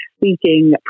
speaking